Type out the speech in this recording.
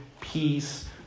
peace